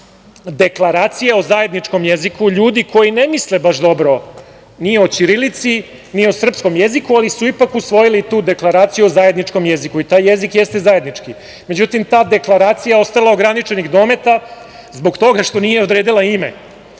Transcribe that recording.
Deklaracija o zajedničkom jeziku ljudi koji ne misle baš dobro ni o ćirilici, ni o srpskom jeziku, ali su ipak usvojili tu deklaraciju o zajedničkom jeziku. Taj jezik jeste zajednički, međutim ta deklaracija je ostala ograničenih dometa zbog toga što nije odredila ime.